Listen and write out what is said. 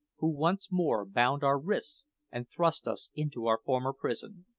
who once more bound our wrists and thrust us into our former prison.